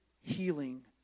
healing